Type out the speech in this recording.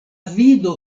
vido